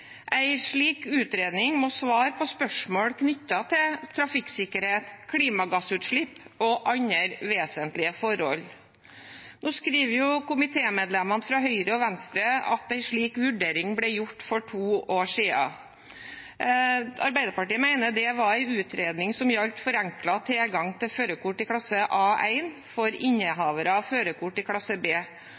slik utredning må svare på spørsmål knyttet til trafikksikkerhet, klimagassutslipp og andre vesentlige forhold. Nå skriver komitémedlemmene fra Høyre og Venstre at en slik vurdering ble gjort for to år siden. Arbeiderpartiet mener det var en utredning som gjaldt forenklet tilgang til førerkort i klasse A1 for innehavere av førerkort i klasse B,